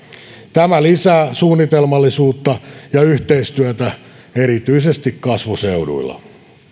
tämä lisää suunnitelmallisuutta ja yhteistyötä erityisesti kasvuseuduilla